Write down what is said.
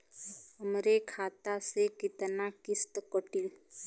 हमरे खाता से कितना किस्त कटी?